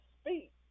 speak